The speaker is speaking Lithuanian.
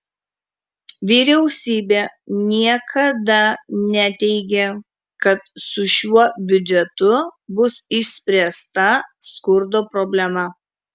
vyriausybė niekada neteigė kad su šiuo biudžetu bus išspręsta skurdo problema